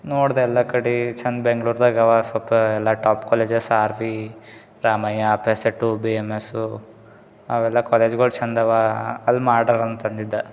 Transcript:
ನೋಡಿದೆ ಎಲ್ಲ ಕಡೆ ಚಂದ ಬೆಂಗಳೂರ್ದಾಗ್ ವಾ ಸೊಲ್ಪ್ ಎಲ್ಲ top colleges R V Ramaiah PESIT B M S ಅವೆಲ್ಲ ಕಾಲೇಜ್ಗಳ್ ಚಂದ ಅವ ಅಲ್ಲಿ ಮಾಡೋರ್ ಅಂತ ಅಂದಿದ್ದೆ